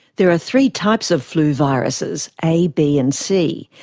there are three types of flu viruses a, b and c.